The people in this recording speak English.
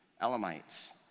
Elamites